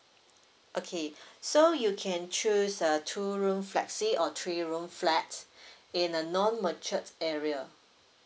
okay so you can choose a two room flexi or three room flat in a non matured area